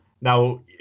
Now